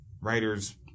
writers